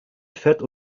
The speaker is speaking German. fett